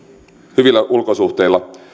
hyvillä ulkosuhteilla